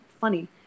funny